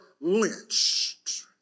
lynched